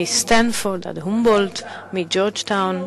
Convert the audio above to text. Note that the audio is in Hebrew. מסטנפורד עד הומבולדט, מג'ורג'טאון,